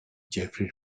jeffery